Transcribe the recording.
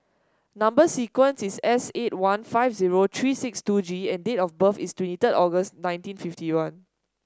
number sequence is S eight one five zero three six two G and date of birth is twenty third August nineteen fifty one